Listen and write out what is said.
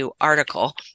article